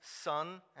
son